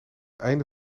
einde